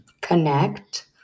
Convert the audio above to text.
connect